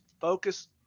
focus